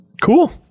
Cool